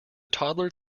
toddler